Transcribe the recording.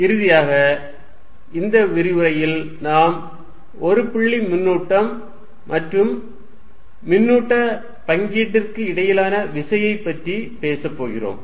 இறுதியாக இந்த விரிவுரையில் நாம் ஒரு புள்ளி மின்னூட்டம் மற்றும் மின்னூட்ட பங்கீட்டுற்கு இடையிலான விசையைப் பற்றி பேசப் போகிறோம்